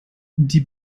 die